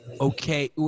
okay